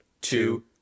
two